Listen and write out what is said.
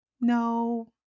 no